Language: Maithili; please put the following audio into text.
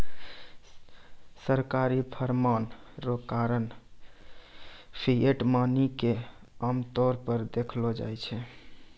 सरकारी फरमान रो कारण फिएट मनी के आमतौर पर देखलो जाय छै